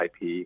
IP